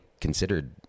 considered